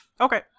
Okay